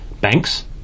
Banks